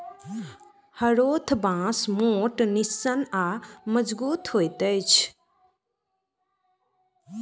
हरोथ बाँस मोट, निस्सन आ मजगुत होइत अछि